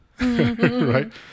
right